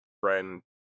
friend